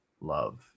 love